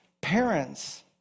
Parents